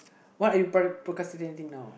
what you pr~ procrastinating now